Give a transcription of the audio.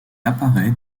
apparait